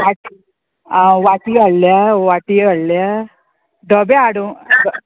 वाट आ वाटी हाडल्या वाट्यो हाडल्या धबे हाडूं